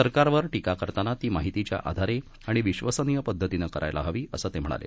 सरकारवर टीका करताना ती माहितीच्या आधारे आणि विश्वसनीय पद्धतीनं करायला हवी असं ते म्हणाले